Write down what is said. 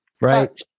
right